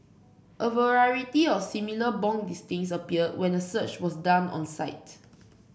a variety of similar bong listings appeared when a search was done on the site